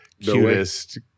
cutest